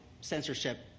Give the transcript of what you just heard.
censorship